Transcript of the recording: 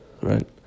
right